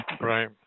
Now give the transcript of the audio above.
Right